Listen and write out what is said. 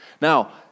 Now